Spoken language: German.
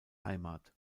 heimat